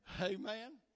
Amen